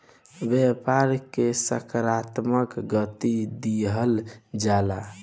व्यापार के सकारात्मक गति दिहल जाला